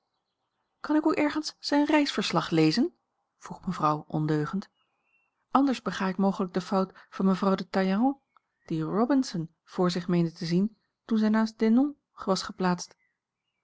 kan ik ook ergens zijn reisverslag lezen vroeg mevrouw ondeugend anders bega ik mogelijk de fout van mevrouw de talleyrand die robinson vr zich meende te zien toen zij naast denon was geplaatst